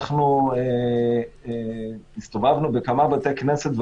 אנחנו הסתובבנו בכמה בתי כנסת,